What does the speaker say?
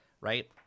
right